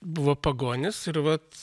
buvo pagonys ir vat